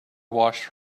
washed